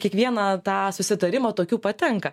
kiekvieną tą susitarimą tokių patenka